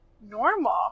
normal